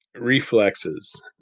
reflexes